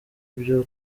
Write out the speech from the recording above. ibyo